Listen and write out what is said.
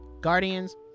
Guardians